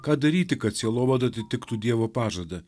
ką daryti kad sielovada atitiktų dievo pažadą